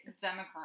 Democrat